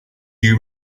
you